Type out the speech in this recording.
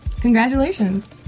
congratulations